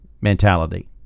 mentality